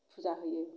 फुजा होयो